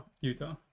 Utah